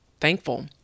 thankful